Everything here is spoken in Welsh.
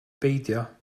beidio